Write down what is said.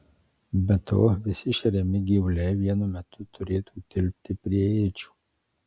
be to visi šeriami gyvuliai vienu metu turėtų tilpti prie ėdžių